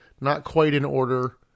not-quite-in-order